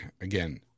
again